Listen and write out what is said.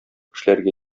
эшләргә